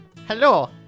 Hello